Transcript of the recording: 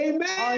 Amen